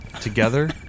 together